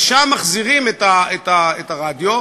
לשם מחזירים את הרדיו,